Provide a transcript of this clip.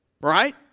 Right